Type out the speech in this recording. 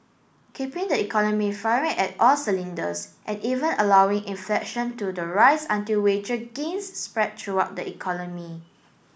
keeping the economy firing at all cylinders and even allowing inflaction to the rise until wage gains spread throughout the economy